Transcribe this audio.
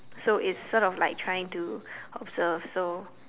so it sorts of like trying to observe so